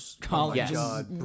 college